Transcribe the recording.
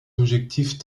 objectifs